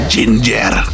Ginger